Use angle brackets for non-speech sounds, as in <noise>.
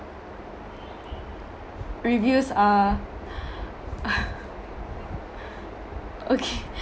reviews are <laughs> okay <laughs>